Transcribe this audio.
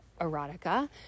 erotica